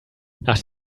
nach